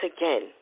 again